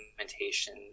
implementation